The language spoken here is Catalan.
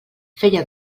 feia